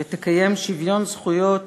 תקיים שוויון זכויות